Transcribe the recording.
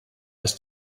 aus